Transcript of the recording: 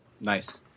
Nice